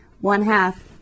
one-half